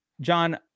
John